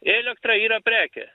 elektra yra prekė